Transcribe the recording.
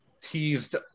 teased